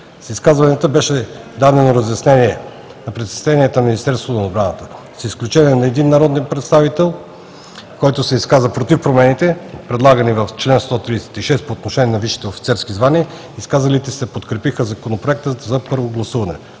С изказванията беше дадено разяснение на притесненията на Министерството на отбраната. С изключение на един народен, който се изказа против промените, предлагани с чл. 136 по отношение на висшите офицери, изказалите се подкрепиха законопроекта на първо гласуване.